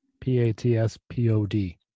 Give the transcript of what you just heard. p-a-t-s-p-o-d